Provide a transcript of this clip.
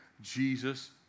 Jesus